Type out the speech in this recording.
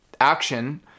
action